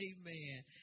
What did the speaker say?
Amen